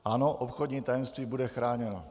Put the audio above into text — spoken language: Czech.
Ano, obchodní tajemství bude chráněno.